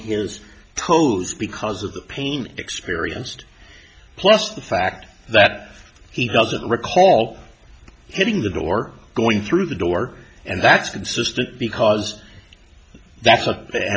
his toes because of the pain experienced plus the fact that he doesn't recall hitting the door going through the door and that's consistent because that's a b